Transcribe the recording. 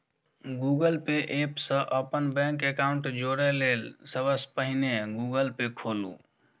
Google Pay app सं अपन bank account जोड़य लेल सबसं पहिने गूगल पे खोलू